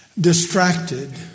distracted